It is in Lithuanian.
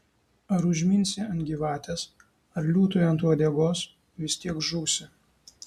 ar užminsi ant gyvatės ar liūtui ant uodegos vis tiek žūsi